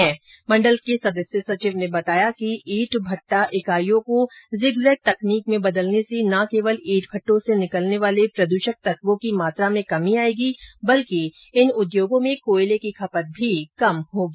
राज्य प्रद्षण नियंत्रण मण्डल के सदस्य सचिव ने बताया कि ईंट भट्टा इकाईयों को जिग जेग तकनीक में बदलने से न केवल ईट भट्टों से निकलने वाले प्रद्षक तत्वों की मात्रा में कमी आयेगी बल्कि इन उद्योगो में कोयले की खपत भी कम होगी